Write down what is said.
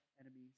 enemies